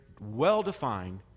well-defined